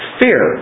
fear